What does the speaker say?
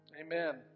Amen